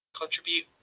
contribute